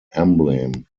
emblem